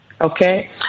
okay